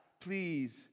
please